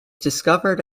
discovered